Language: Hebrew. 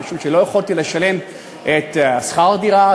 משום שלא יכולתי לשלם את שכר הדירה,